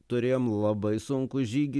turėjom labai sunkų žygį